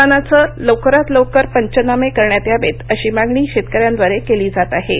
नुकसानाचे लवकरात लवकर पंचनामे करण्यात यावेत अशी मागणी शेतकर्यां द्वारे केली जात आहे